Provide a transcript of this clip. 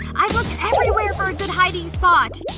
i've looked and everywhere for a good hiding spot